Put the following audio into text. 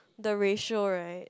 the ratio right